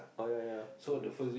oh yeah yeah two weeks